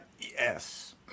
Yes